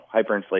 hyperinflation